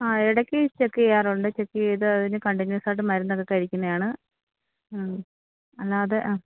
ആ ഇടയ്ക്ക് ചെക്ക് ചെയ്യാറുണ്ട് ചെക്ക് ചെയ്ത് അതിന് കണ്ടിന്യൂസ് ആയിട്ട് മരുന്നൊക്കെ കഴിക്കുന്നതാണ് ആ അല്ലാതെ ആ